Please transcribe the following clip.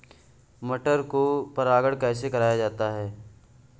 मटर को परागण कैसे कराया जाता है?